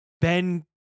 Ben